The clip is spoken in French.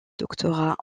doctorat